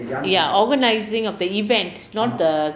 ya organising of the event not the